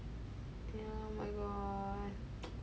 yeah oh my god